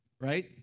right